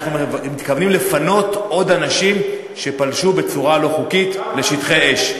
אנחנו מתכוונים לפנות עוד אנשים שפלשו בצורה לא חוקית לשטחי אש.